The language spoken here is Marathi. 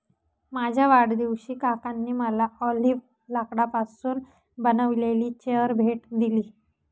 माझ्या वाढदिवशी काकांनी मला ऑलिव्ह लाकडापासून बनविलेली चेअर भेट दिली